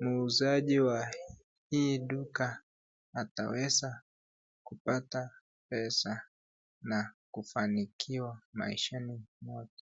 muuzaji wa hii duka ataweza kupata pesa na kufanikiwa maishani mwake.